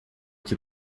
que